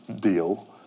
deal